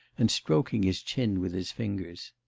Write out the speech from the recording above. and stroking his chin with his fingers.